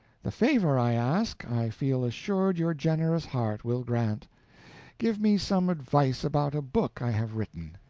the favor i ask i feel assured your generous heart will grant give me some advice about a book i have written.